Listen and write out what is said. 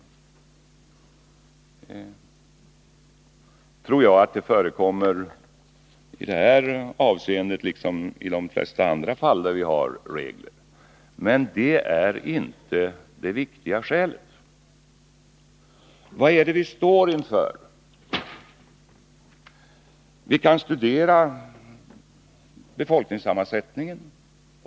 Jag tror att det i vissa fall förekommer missbruk i det här avseendet, liksom i de flesta andra fall där vi har regler. Men det är inte det viktiga skälet. Vad är det vi står inför? Vi kan studera befolkningssammansättningen.